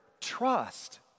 trust